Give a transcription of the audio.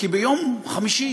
כי ביום חמישי